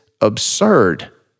absurd